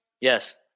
Yes